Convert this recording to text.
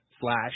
slash